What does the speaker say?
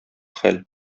хәл